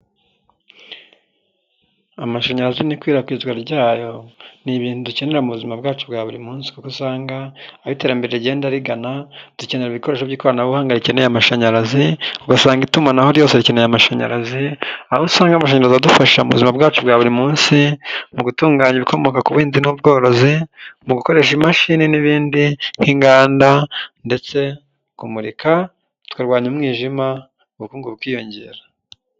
Amashanyarazi n'ikwirakwizwa ryayo ni ibintu dukenera mu buzima bwacu bwa buri munsi kuko usanga aho iterambere rigenda rigana dukenera ibikoresho by'ikoranabuhanga rikeneye amashanyarazi ugasanga itumanaho ryose rikeneye amashanyarazi aho usanga amahindurazi adufasha mu buzima bwacu bwa buri munsi mu gutunganya ibikomoka ku buhinzi n'ubworozi mu gukoresha imashini n'ibindi nk'inganda ndetse kumurika tukarwanya umwijima ubukungu bukiyongera.